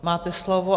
Máte slovo.